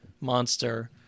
monster